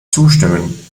zustimmen